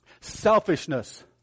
selfishness